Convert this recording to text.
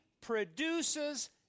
produces